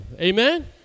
Amen